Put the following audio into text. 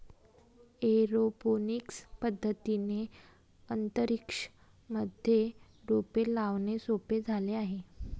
aeroponics पद्धतीने अंतरिक्ष मध्ये रोपे लावणे सोपे झाले आहे